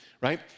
right